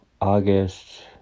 August